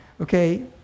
Okay